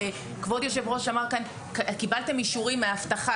כבוד היושב ראש אמר כאן קיבלתם אישור עם האבטחה,